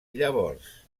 llavors